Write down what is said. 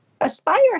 Aspire